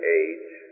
age